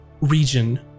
region